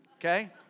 Okay